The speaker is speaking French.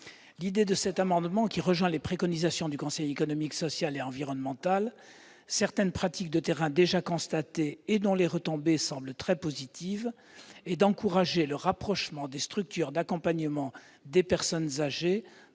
MAIA. Cette mesure, qui rejoint les préconisations du Conseil économique, social et environnemental, mais aussi certaines pratiques de terrain déjà constatées, dont les retombées semblent très positives, a pour objet d'encourager le rapprochement des structures d'accompagnement des personnes âgées,